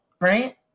Right